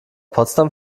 potsdam